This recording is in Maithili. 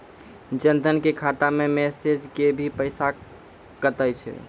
जन धन के खाता मैं मैसेज के भी पैसा कतो छ?